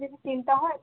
যদি চিন্তা হয় তা